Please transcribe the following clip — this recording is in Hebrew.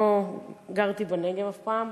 לא גרתי בנגב אף פעם,